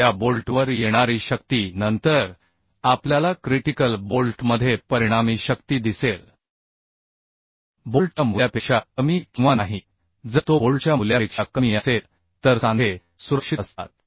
त्या बोल्टवर येणारी शक्ती नंतर आपल्याला क्रिटिकल बोल्टमध्ये परिणामी शक्ती दिसेल बोल्टच्या मूल्यापेक्षा कमी किंवा नाही जर तो बोल्टच्या मूल्यापेक्षा कमी असेल तर सांधे सुरक्षित असतात